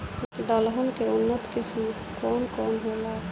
दलहन के उन्नत किस्म कौन कौनहोला?